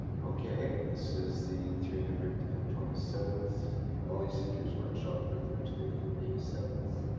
okay, this is the. three hundred and twenty seventh knowledge seekers workshop for thursday, may seventh,